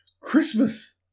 Christmas